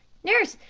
nurse,